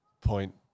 point